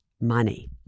money